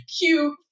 cute